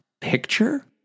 picture